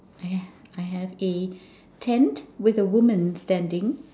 I I have a tent with a woman standing